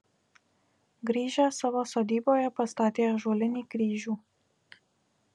grįžęs savo sodyboje pastatė ąžuolinį kryžių